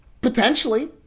Potentially